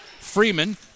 Freeman